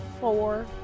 Four